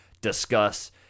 discuss